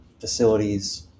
facilities